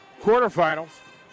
quarterfinals